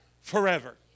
forever